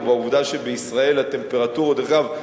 או בעובדה שבישראל הטמפרטורות אגב,